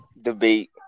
debate